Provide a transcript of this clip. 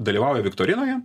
dalyvauja viktorinoje